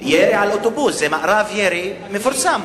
זה היה מארב ירי מפורסם.